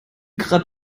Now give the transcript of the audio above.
gerade